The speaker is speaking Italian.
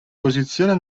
posizione